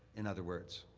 in other words.